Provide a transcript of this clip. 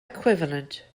equivalent